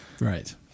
Right